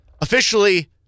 officially